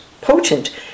potent